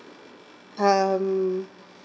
um